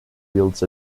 wields